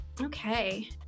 Okay